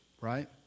right